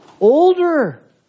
older